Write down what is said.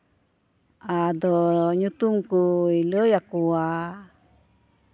ᱟᱫᱚ ᱧᱩᱛᱩᱢ ᱠᱚᱭ ᱞᱟᱹᱭᱟᱠᱚᱣᱟ